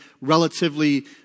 relatively